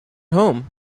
home